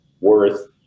worth